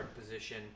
position